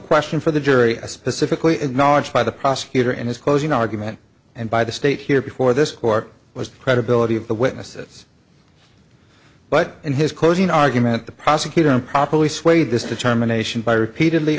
question for the jury specifically acknowledged by the prosecutor in his closing argument and by the state here before this court was credibility of the witnesses but in his closing argument the prosecutor improperly swayed this determination by repeatedly